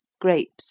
grapes